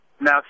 Now